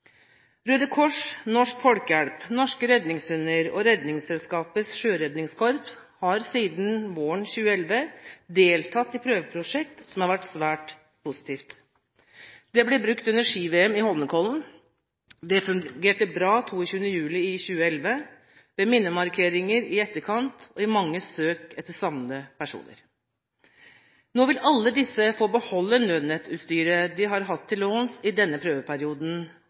Røde Kors, Norsk Folkehjelp, Norske Redningshunder og Redningsselskapets Sjøredningskorps har siden våren 2011 deltatt i et prøveprosjekt som har vært svært positivt. Det ble brukt under ski-VM i Holmenkollen, det fungerte bra 22. juli 2011 og ved minnemarkeringer i etterkant, og i mange søk etter savnede personer. Nå vil alle disse få beholde Nødnett-utstyret de har hatt til låns i denne prøveperioden,